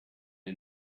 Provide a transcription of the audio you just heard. and